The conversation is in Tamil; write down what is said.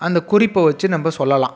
அந்த குறிப்பை வச்சு நம்ப சொல்லலாம்